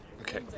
Okay